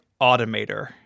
Automator